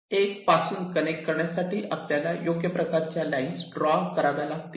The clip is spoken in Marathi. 1 पासून कनेक्ट करण्यासाठी आपल्याला योग्य प्रकारच्या लाईन ड्रॉ कराव्या लागतील